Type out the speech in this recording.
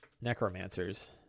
necromancers